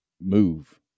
move